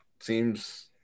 seems